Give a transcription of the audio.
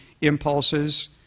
impulses